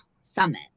summit